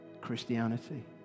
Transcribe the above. Christianity